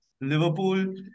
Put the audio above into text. liverpool